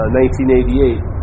1988